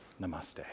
Namaste